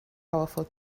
powerful